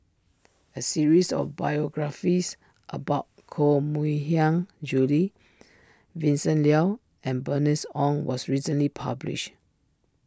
a series of biographies about Koh Mui Hiang Julie Vincent Leow and Bernice Ong was recently published